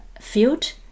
field